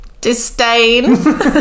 disdain